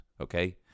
Okay